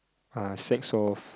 uh six off